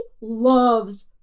loves